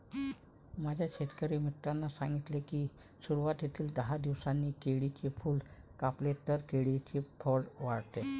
माझ्या शेतकरी मित्राने सांगितले की, सुरवातीला दहा दिवसांनी केळीचे फूल कापले तर केळीचे फळ वाढते